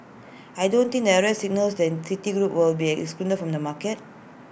I don't think the arrest signals that citigroup will be excluded from the market